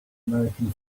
american